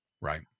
Right